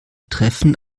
treffen